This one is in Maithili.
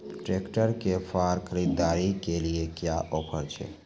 ट्रैक्टर के फार खरीदारी के लिए नया ऑफर छ?